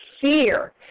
fear